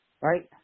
right